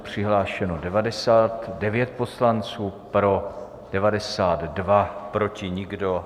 Přihlášeno 99 poslanců, pro 92, proti nikdo.